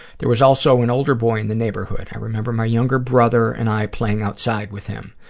there was also an older boy in the neighborhood. i remember my younger brother and i playing outside with him.